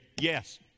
Yes